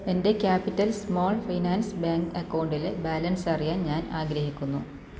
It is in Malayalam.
എൻ്റെ ക്യാപിറ്റൽ സ്മോൾ ഫിനാൻസ് ബാങ്ക് അക്കൗണ്ടിലെ ബാലൻസ് അറിയാൻ ഞാൻ ആഗ്രഹിക്കുന്നു